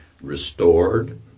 restored